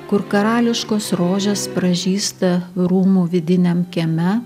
kur karališkos rožės pražysta rūmų vidiniam kieme